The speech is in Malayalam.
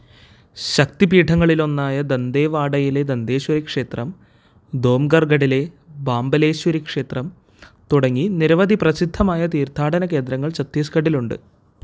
ശക്തി പീഠങ്ങളിലൊന്നായ ദന്തേവാഡയിലെ ദന്തേശ്വരി ക്ഷേത്രം ദോംഗർഗഢിലെ ബാംബലേശ്വരി ക്ഷേത്രം തുടങ്ങി നിരവധി പ്രസിദ്ധമായ തീർത്ഥാടന കേന്ദ്രങ്ങൾ ഛത്തീസ്ഗട്ടിലുണ്ട്